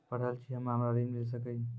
पढल छी हम्मे हमरा ऋण मिल सकई?